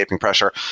pressure